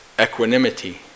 equanimity